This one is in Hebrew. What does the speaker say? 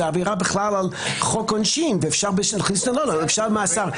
זה עבירה על חוק העונשין ואפשר --- ואפשר מאסר.